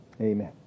Amen